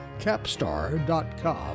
Capstar.com